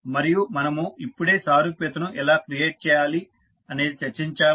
మరియు మనము ఇప్పుడే సారూప్యతను ఎలా క్రియేట్ చేయాలి అనేది చర్చించాము